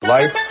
Life